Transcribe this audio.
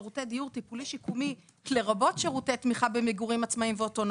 ייחשב כמשהו מעוגן בחקיקה או בהסדרים אחרים או לא?